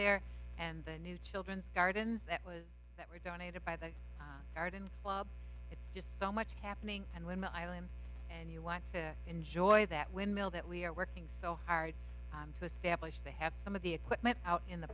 there and the new children's gardens that was that were donated by the garden club it's just so much happening and when the island and you want to enjoy that windmill that we're working so hard to establish they have some of the equipment out in the